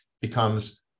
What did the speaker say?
becomes